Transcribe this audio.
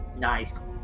Nice